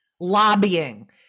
lobbying